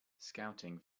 scouting